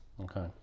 okay